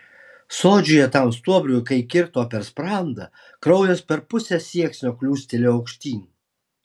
sodžiuje tam stuobriui kai kirto per sprandą kraujas per pusę sieksnio kliūstelėjo aukštyn